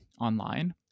online